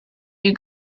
you